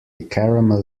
caramel